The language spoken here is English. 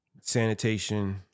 sanitation